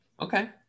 Okay